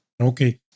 Okay